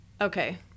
okay